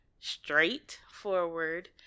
straightforward